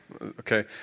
Okay